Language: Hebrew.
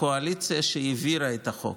הקואליציה שהעבירה את החוק,